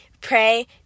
Pray